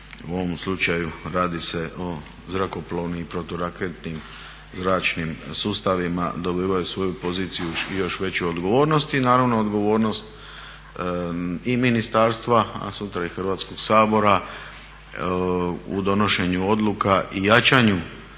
u ovom slučaju radi se o zrakoplovnim i proturaketnim zračnim sustavima, dobivaju svoju poziciju i još veću odgovornost i naravno odgovornost i Ministarstva, a sutra i Hrvatskog sabora u donošenju odluka i jačanju